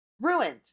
ruined